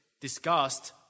discussed